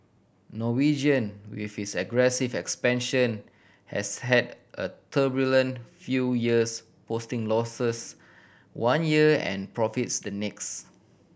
Norwegian with its aggressive expansion has had a turbulent few years posting losses one year and profits the next